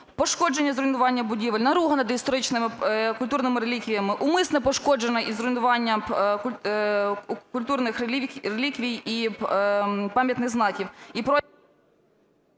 пошкодження, зруйнування будівель, наруга над історичними культурними релігіями, умисне пошкодження і зруйнування культурних реліквій і пам'ятних знаків.